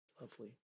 lovely